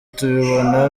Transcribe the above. tubibona